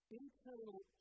internal